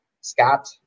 Scott